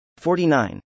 49